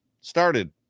started